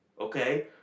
okay